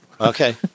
Okay